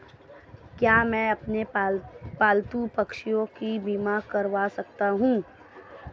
क्या मैं अपने पालतू पशुओं का बीमा करवा सकता हूं?